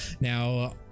Now